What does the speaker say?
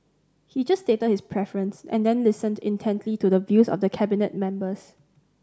he just stated his preference and then listened intently to the views of Cabinet members